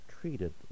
treated